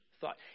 thought